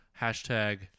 Hashtag